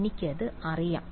എനിക്കത് അറിയാം